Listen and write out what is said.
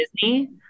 Disney